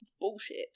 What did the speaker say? Bullshit